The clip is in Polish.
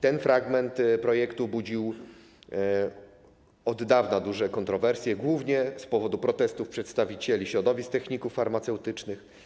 Ten fragment projektu budził od dawna duże kontrowersje, głównie z powodu protestów przedstawicieli środowisk techników farmaceutycznych.